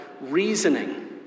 reasoning